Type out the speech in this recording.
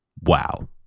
Wow